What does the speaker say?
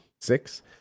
six